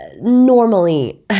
normally